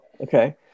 okay